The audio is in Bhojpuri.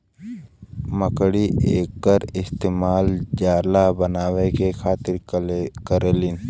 मकड़ी एकर इस्तेमाल जाला बनाए के खातिर करेलीन